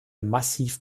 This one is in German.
massiv